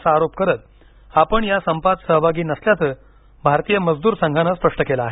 असा आरोप करत आपण या संपात सहभागी नसल्याचं भारतीय मजदूर संघानं स्पष्ट केलं आहे